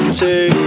two